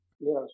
Yes